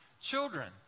children